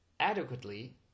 Adequately